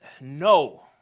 No